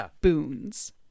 boons